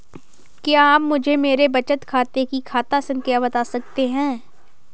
क्या आप मुझे मेरे बचत खाते की खाता संख्या बता सकते हैं?